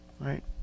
right